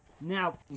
Now